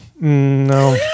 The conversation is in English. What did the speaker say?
no